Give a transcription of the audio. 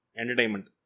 entertainment